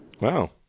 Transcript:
wow